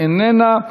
איננה.